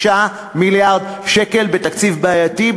6 מיליארד שקלים בתקציב בעייתי,